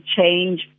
change